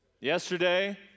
yesterday